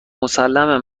مسلمه